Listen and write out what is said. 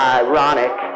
ironic